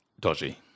Dodgy